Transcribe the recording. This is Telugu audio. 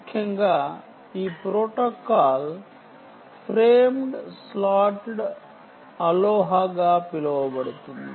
ముఖ్యంగా ఈ ప్రోటోకాల్ ఫ్రేమ్డ్ స్లాటెడ్ అలోహా ను అనుసరిస్తుంది